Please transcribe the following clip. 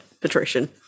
patrician